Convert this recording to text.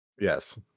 Yes